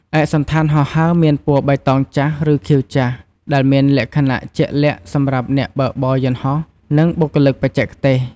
ឯកសណ្ឋានហោះហើរមានពណ៌បៃតងចាស់ ឬខៀវចាស់ ដែលមានលក្ខណៈជាក់លាក់សម្រាប់អ្នកបើកបរយន្តហោះ និងបុគ្គលិកបច្ចេកទេស។